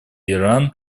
иран